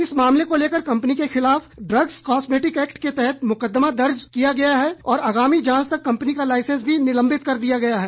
इस मामले को लेकर कंपनी के खिलाफ इग्स कौस्मेटिक एक्ट के तहत मुकद्दमा दर्ज किया गया है और आगामी जांच तक कंपनी का लाइसेंस भी निलंबित कर दिया गया है